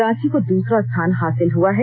रांची को दसरा स्थान हासिल हआ है